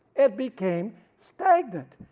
it became stagnant,